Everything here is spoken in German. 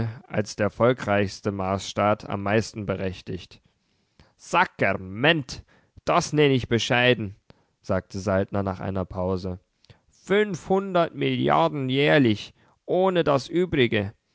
als der volkreichste marsstaat am meisten berechtigt sackerment das nenn ich bescheiden sagte saltner nach einer pause fünfhundert milliarden jährlich ohne das übrige